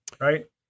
right